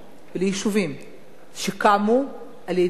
וליישובים שקמו על-ידי